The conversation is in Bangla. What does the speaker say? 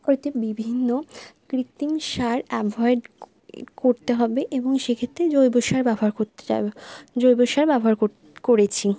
ওইটা বিভিন্ন কৃত্রিম সার অ্যাভয়েড করতে হবে এবং সেক্ষেত্রে জৈব সার ব্যবহার করতে চাইবো জৈব সার ব্যবহার করেছি